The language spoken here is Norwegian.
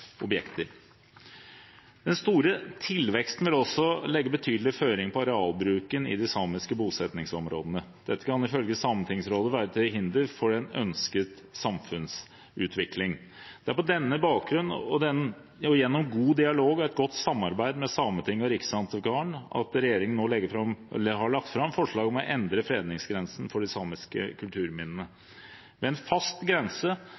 objekter. Den store tilveksten vil også legge betydelig føring på arealbruken i de samiske bosettingsområdene. Dette kan ifølge Sametingsrådet være til hinder for en ønsket samfunnsutvikling. Det er på denne bakgrunn og gjennom god dialog og et godt samarbeid med Sametinget og Riksantikvaren at regjeringen nå har lagt fram forslag om å endre fredningsgrensen for de samiske kulturminnene. Med en fast grense